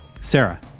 Sarah